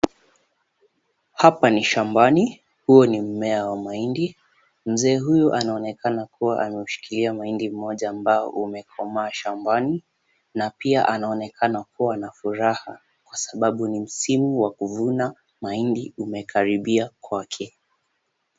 Hapa ni shambani. Huu ni mmea wa mahindi. Mzee huyu anaonekana kuwa anaushikilia mahindi moja ambao umekomaa shambani na pia anaonekana kuwa na furaha kwa sababu ni msimu wa kuvuna mahindi umekaribia kwake.